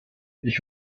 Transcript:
ich